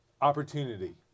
opportunity